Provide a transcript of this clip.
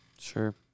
Sure